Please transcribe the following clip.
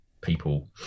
people